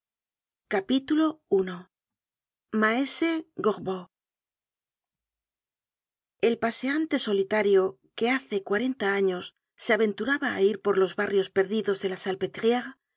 at i maese gorbeau el paseante solitario que hace cuarenta años se aventuraba á ir pollos barrios perdidos de la